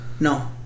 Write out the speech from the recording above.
No